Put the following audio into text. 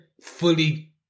fully